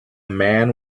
man